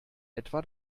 etwa